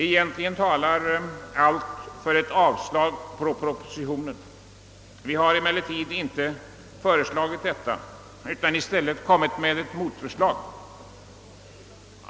Egentligen talar allt för ett avslag på propositionen. Vi har emellertid inte föreslagit detta utan i stället framlagt ett motförslag.